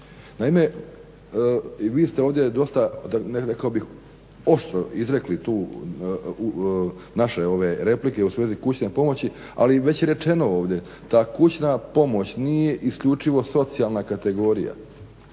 Naime, vi ste ovdje dosta rekao bih oštro izrekli tu naše ove replike u svezi kućne pomoći ali već je rečeno ovdje ta kućna pomoć nije isključivo socijalna kategorija.